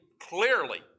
clearly